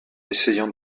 essayant